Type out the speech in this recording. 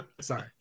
Sorry